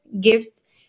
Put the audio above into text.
gift